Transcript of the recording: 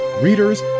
readers